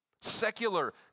Secular